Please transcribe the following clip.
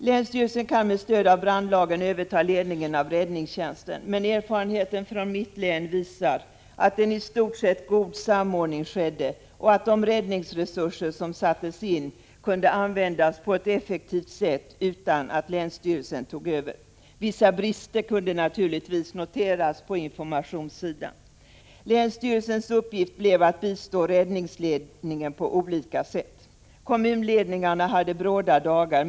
Länsstyrelsen kan med stöd av brandlagen överta ledningen av räddningstjänsten, men erfarenheten från mitt län visar att en i stort sett god samordning ägde rum och att de räddningsresurser som sattes in kunde användas på ett effektivt sätt utan att länsstyrelsen tog över. Men vissa brister kunde naturligtvis noteras på informationssidan. Länsstyrelsens uppgift blev att bistå räddningsledningen på olika sätt. Kommunledningarna hade bråda dagar.